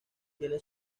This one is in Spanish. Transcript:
tiene